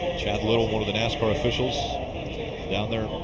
chad little, one of the nascar officials down there,